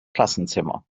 klassenzimmer